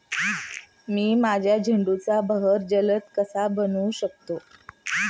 मी माझ्या झेंडूचा बहर जलद कसा बनवू शकतो?